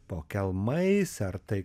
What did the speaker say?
po kelmais ar tai